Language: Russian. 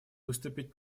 выступить